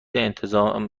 انتظامی